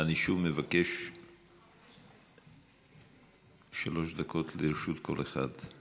אני שוב מבקש, שלוש דקות לרשות כל אחד.